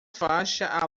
faixa